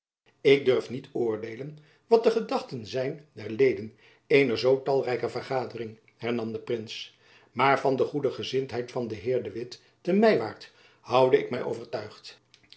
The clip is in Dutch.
ik durf niet beöordeelen wat de gedachten zijn der leden eener zoo talrijke vergadering hernam de prins maar van de goede gezindheid van den heer de witt te mywaart houde ik my overtuigd